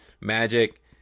Magic